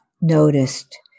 noticed